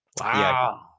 Wow